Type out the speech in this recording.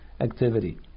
activity